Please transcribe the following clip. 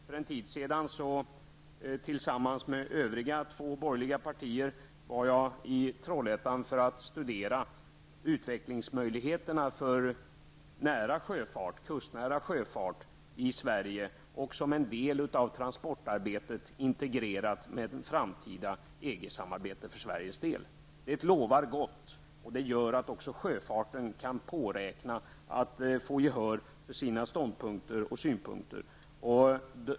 För en tid sedan var jag -- tillsammans med företrädare för de båda andra borgerliga partierna -- i Trollhättan för att studera utvecklingsmöjligheterna för kustnära sjöfart och dess del i ett integrerat transportarbete i ett framtida EG-samarbete för Sveriges del. Det lovar gott, och det gör också att sjöfarten kan räkna med att få gehör för sina ståndpunkter och synpunkter.